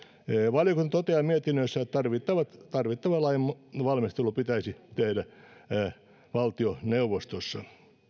valiokunta toteaa mietinnössään että tarvittava lainvalmistelu pitäisi tehdä valtioneuvostossa